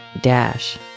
dash